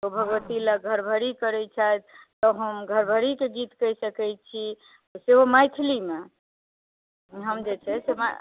तऽ भगवती लग घरभरी करै छथि तब हम घरभरीके के गीत कहि सकै छी से मैथिलीमे हम जे छै